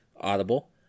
Audible